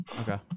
Okay